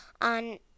on